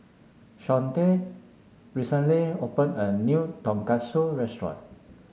Shawnte recently opened a new Tonkatsu restaurant